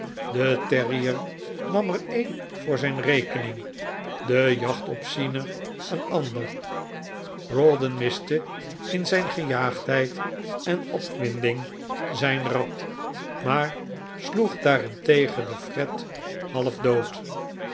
de terrier nam er een voor zijn rekening de jachtopziener een ander rawdon miste in zijn gejaagdheid en opwinding zijn rat maar sloeg daarentegen een fret halfdood